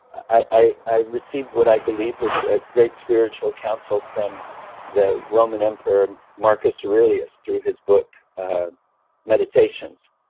i i received what i believe is a great spiritual counsel from the roman emperor marcus aurelius through his book meditations.